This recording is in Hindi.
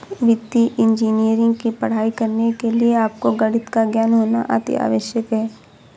वित्तीय इंजीनियरिंग की पढ़ाई करने के लिए आपको गणित का ज्ञान होना अति आवश्यक है